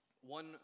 one